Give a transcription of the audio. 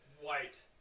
White